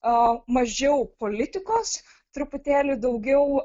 aa mažiau politikos truputėlį daugiau